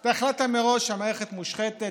אתה החלטת מראש שהמערכת מושחתת,